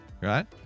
right